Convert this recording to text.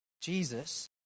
Jesus